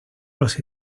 los